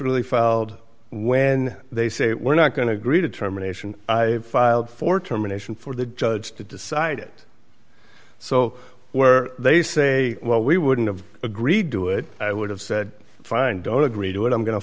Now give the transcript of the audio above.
really filed when they say we're not going to agree to determination i filed for termination for the judge to decide it so where they say well we wouldn't have agreed to it i would have said fine don't agree to it i'm going to